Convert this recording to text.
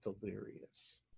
delirious